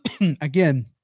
again